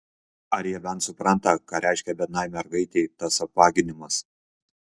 ar jie bent supranta ką reiškia biednai mergaitei tas apvaginimas